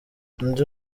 undi